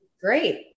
Great